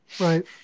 right